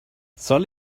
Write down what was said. soll